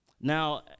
Now